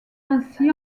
ainsi